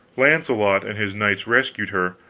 launcelot and his knights rescued her,